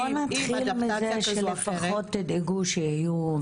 בוא נתחיל מזה שלפחות תדאגו שיהיו,